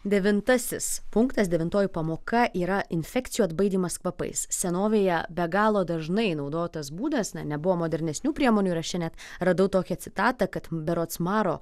devintasis punktas devintoji pamoka yra infekcijų atbaidymas kvapais senovėje be galo dažnai naudotas būdas na nebuvo modernesnių priemonių įraše net radau tokią citatą kad berods maro